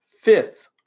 fifth